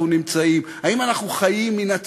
נמצאים: האם אנחנו חיים מן התפרים,